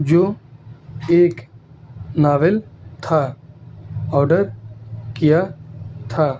جو ایک ناول تھا آڈر کیا تھا